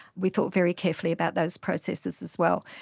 we thought very carefully about those processes as well.